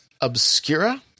Obscura